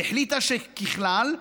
והחליטה שככלל,